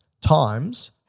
times